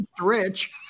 Rich